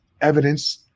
evidence